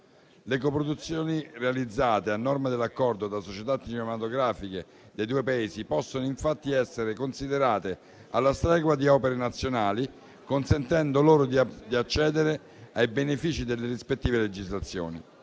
Le coproduzioni realizzate, a norma dell'Accordo, da società cinematografiche dei due Paesi possono infatti essere considerate alla stregua di opere nazionali, consentendo loro di accedere ai benefici delle rispettive legislazioni.